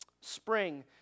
spring